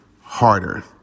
Harder